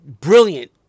brilliant